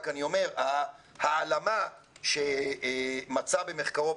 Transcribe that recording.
העלמה שמצא במחקרו פרופ'